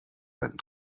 rennen